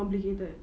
complicated